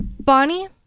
Bonnie